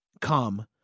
come